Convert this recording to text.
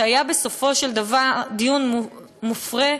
שהיה בסופו של דבר דיון מופרה,